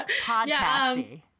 Podcasty